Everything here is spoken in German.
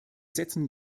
setzen